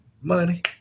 money